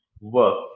work